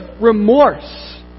remorse